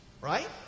Right